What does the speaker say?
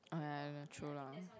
ah ya true lah